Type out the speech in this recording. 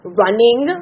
running